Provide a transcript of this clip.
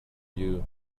you